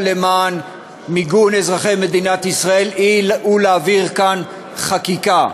למען מיגון אזרחי מדינת ישראל היא להעביר כאן חקיקה.